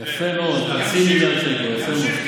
ימשיך כבודו.